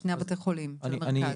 שני בתי החולים של המרכז?